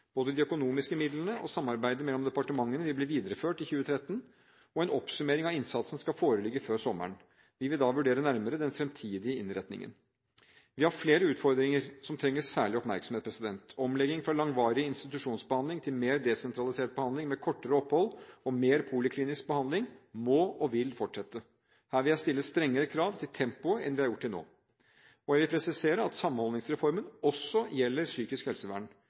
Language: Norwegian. Både de økonomiske midlene og samarbeidet mellom departementene vil bli videreført i 2013. En oppsummering av innsatsen skal foreligge før sommeren. Vi vil da vurdere nærmere den fremtidige innretningen. Vi har flere utfordringer som trenger særlig oppmerksomhet. Omleggingen fra langvarig institusjonsbehandling til mer desentralisert behandling med kortere opphold og mer poliklinisk behandling må og vil fortsette. Her vil jeg stille strengere krav til tempoet enn vi har gjort til nå. Jeg vil presisere at Samhandlingsreformen også gjelder for psykisk helsevern,